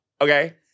okay